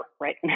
right